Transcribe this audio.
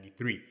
1993